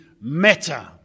matter